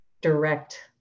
direct